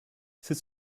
c’est